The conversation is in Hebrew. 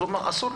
אז אסור.